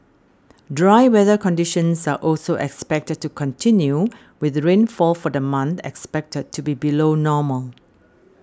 dry weather conditions are also expected to continue with rainfall for the month expected to be below normal